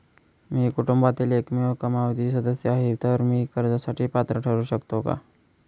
मी कुटुंबातील एकमेव कमावती सदस्य आहे, तर मी कर्जासाठी पात्र ठरु शकतो का?